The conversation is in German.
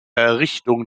errichtung